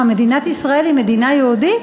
מה, מדינת ישראל היא מדינה יהודית?